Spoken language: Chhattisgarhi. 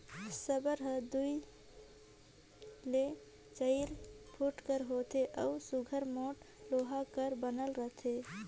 साबर हर दूई ले चाएर फुट कर होथे अउ सुग्घर मोट लोहा कर बनल रहथे